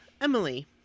Emily